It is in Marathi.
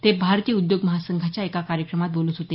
ते भारतीय उद्योग महासंघाच्या एका कार्यक्रमात बोलत होते